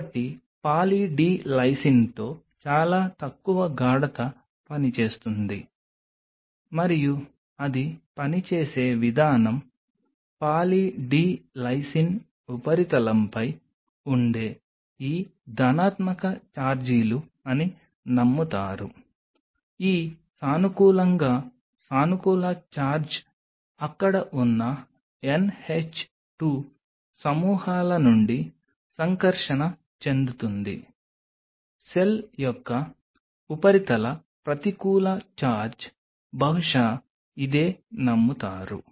కాబట్టి poly D లైసిన్తో చాలా తక్కువ గాఢత పని చేస్తుంది మరియు అది పనిచేసే విధానం పాలీ డి లైసిన్ ఉపరితలంపై ఉండే ఈ ధనాత్మక చార్జీలు అని నమ్ముతారు ఈ సానుకూలంగా సానుకూల చార్జ్ అక్కడ ఉన్న NH 2 సమూహాల నుండి సంకర్షణ చెందుతుంది సెల్ యొక్క ఉపరితల ప్రతికూల ఛార్జ్ బహుశా ఇదే నమ్ముతారు